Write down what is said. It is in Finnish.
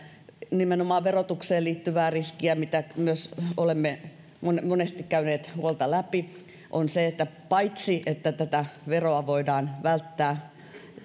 nimenomaan verotukseen liittyvää riskiä huolta mitä myös olemme monesti käyneet läpi eli sitä että paitsi että tätä veroa voidaan välttää